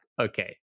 okay